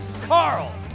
Carl